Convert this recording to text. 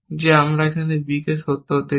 যে আমরা b কে সত্য হতে চাই